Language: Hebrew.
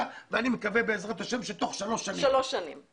ואני מקווה בעזרת השם שתוך שלוש שנים הוא יהיה.